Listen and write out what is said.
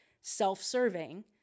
self-serving